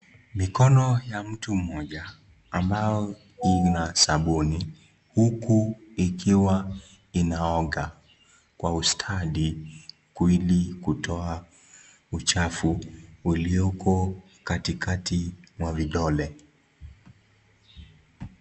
Mikono ya mtu mmoja ambao ina sabuni huku ikiwa inaoga kwa ustadi ili kutoa uchafu ulioko katikati mwa vidole.